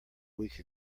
week